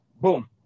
boom